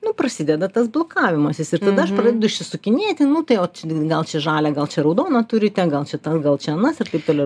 nu prasideda tas blokavimasis ir tada aš pradedu išsisukinėti nu tai va o gal čia žalią gal čia raudoną turite gal šitas gal čia anas ir taip toliau